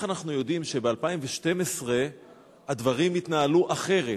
אנחנו יודעים שב-2012 הדברים יתנהלו אחרת?